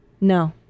No